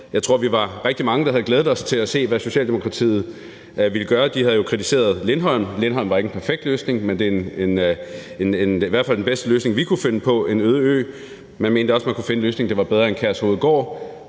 Jeg tror, at vi var rigtig mange, der havde glædet os til at se, hvad Socialdemokratiet ville gøre. De havde jo kritiseret Lindholm. Lindholm var ikke en perfekt løsning, men det var i hvert fald den bedste løsning, vi kunne finde på – en øde ø. Man mente også, at man kunne finde en løsning, der var bedre end Kærshovedgård